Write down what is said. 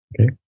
Okay